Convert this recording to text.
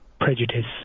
prejudice